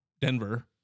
Denver